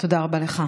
תודה רבה לך.